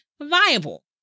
viable